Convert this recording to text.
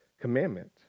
commandment